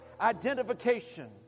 identification